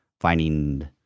finding